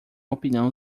opinião